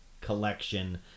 collection